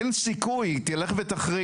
אין סיכוי, היא תלך ותחריף.